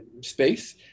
space